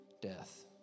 death